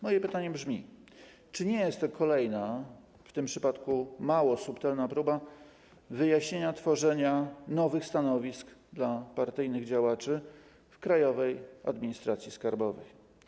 Moje pytanie brzmi: Czy nie jest to kolejna, w tym przypadku mało subtelna, próba wyjaśnienia tworzenia nowych stanowisk dla partyjnych działaczy w Krajowej Administracji Skarbowej?